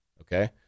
Okay